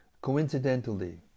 coincidentally